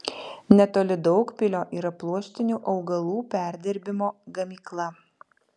netoli daugpilio yra pluoštinių augalų perdirbimo gamykla